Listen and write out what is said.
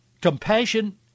Compassion